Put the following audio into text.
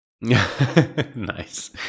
Nice